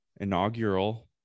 inaugural